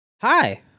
Hi